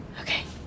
Okay